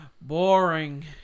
boring